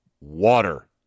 water